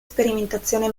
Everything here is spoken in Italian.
sperimentazione